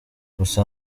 gusa